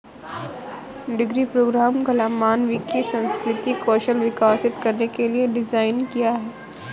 degree programme कला, मानविकी, सांस्कृतिक कौशल विकसित करने के लिए डिज़ाइन किया है